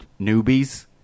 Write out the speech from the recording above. newbies